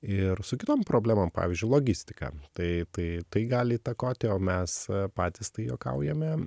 ir su kitom problemom pavyzdžiui logistika tai tai tai gali įtakoti o mes patys tai juokaujame